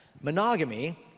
Monogamy